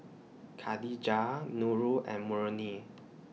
Khadija Nurul and Murni